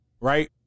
right